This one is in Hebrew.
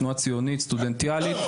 תנועה ציונית סטודנטיאלית.